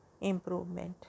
improvement